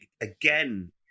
again